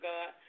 God